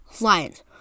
Lions